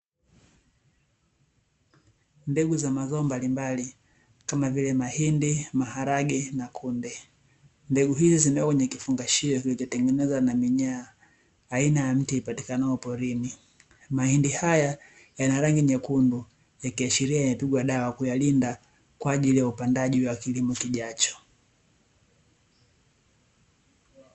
Mbegu za mazao mbalimbali kama vile mahindi, maharage na kunde. Mbegu hizi zimewekwa kwenye kifungashio kinachotengeneza na minyaa aina ya miti ipatikanayo porini, mahindi haya yana rangi nyekundu yakiashiria imepigwa dawa kuyalinda kwa ajili ya upandaji wa kilimo kijacho.